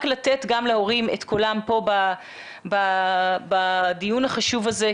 רק לתת גם להורים להשמיע את קולם פה בדיון החשוב הזה,